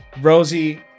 Rosie